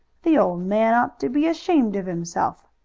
the old man ought to be ashamed of himself!